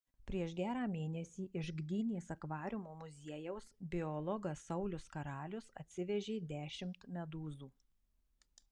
prieš gerą mėnesį iš gdynės akvariumo muziejaus biologas saulius karalius atsivežė dešimt medūzų